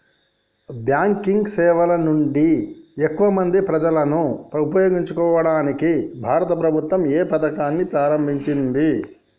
Banking సేవల నుండి ఎక్కువ మంది ప్రజలను ఉపయోగించుకోవడానికి భారత ప్రభుత్వం ఏ పథకాన్ని ప్రారంభించింది?